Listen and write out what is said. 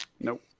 Nope